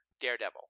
Daredevil